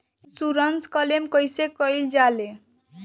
Insurance claim कइसे कइल जा ले?